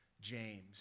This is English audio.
James